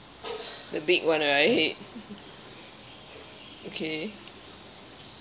the big [one] right okay